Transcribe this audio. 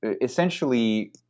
essentially